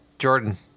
Jordan